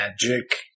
magic